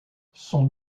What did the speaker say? son